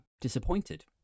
disappointed